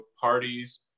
parties